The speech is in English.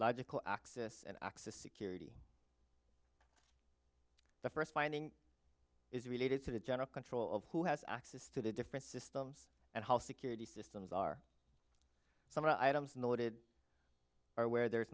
logical axis and access security the first finding is related to the general control of who has access to the different systems and how security systems are some of the items in the loaded or where there's